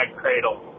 cradle